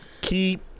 keep